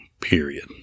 period